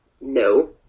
No